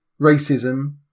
racism